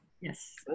Yes